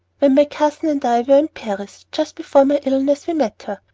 when my cousin and i were in paris, just before my illness, we met her.